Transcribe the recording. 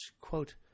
quote